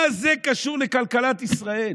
מה זה קשור לכלכלת ישראל?